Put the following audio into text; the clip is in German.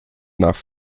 nach